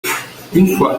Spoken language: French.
fois